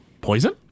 Poison